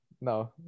No